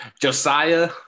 Josiah